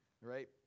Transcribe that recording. Right